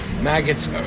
maggots